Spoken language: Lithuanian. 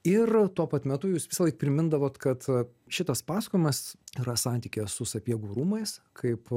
ir tuo pat metu jūs visąlaik primindavot kad šitas pasakojimas yra santykyje su sapiegų rūmais kaip